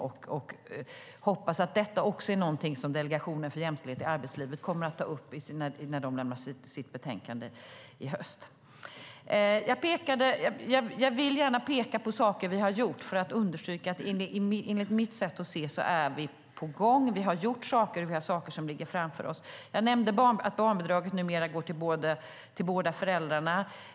Jag hoppas att detta också är något som Delegationen för jämställdhet i arbetslivet kommer att ta upp i sitt betänkande i höst. Jag vill gärna peka på sådant som vi har gjort för att understryka att vi, enligt mitt sätt att se det, är på gång. Vi har gjort en del, men vi har också sådant som ligger framför oss. Jag nämnde att barnbidraget numera går till båda föräldrarna.